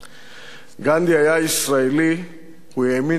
גנדי היה ישראלי, הוא האמין בישראל,